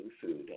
food